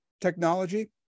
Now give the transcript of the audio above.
technology